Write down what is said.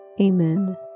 Amen